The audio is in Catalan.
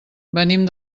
venim